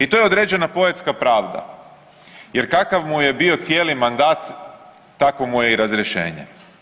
I to je određena poetska pravda jer kakav mu je bio cijeli mandat, takvo mu je i razrješenje.